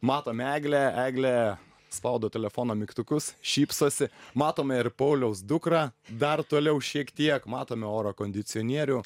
matom eglę eglė spaudo telefono mygtukus šypsosi matome ir pauliaus dukrą dar toliau šiek tiek matome oro kondicionierių